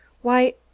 Why